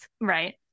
right